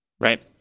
right